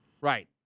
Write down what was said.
right